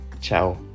Ciao